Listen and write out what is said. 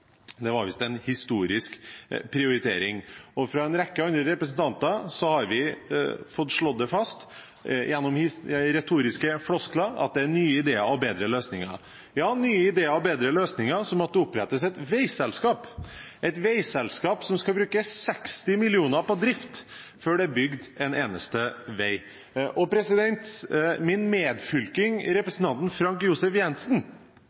Det var visst en historisk prioritering. Og fra en rekke andre representanter har vi fått slått fast gjennom retoriske floskler at det er nye ideer og bedre løsninger – ja, nye ideer og bedre løsninger som at det opprettes et veiselskap, som skal bruke 60 mill. kr til drift før det er bygd en eneste vei. Min medfylking, representanten Frank